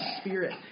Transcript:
Spirit